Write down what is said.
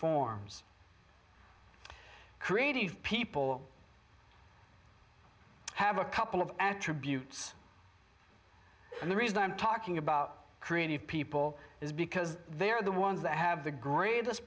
forms creative people have a couple of attributes and the reason i'm talking about creative people is because they are the ones that have the greatest